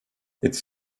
its